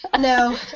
No